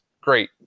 Great